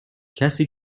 کسی